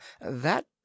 That